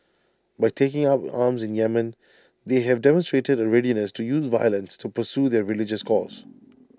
by taking up arms in Yemen they have demonstrated A readiness to use violence to pursue their religious cause